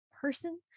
person